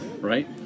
right